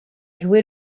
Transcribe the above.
joué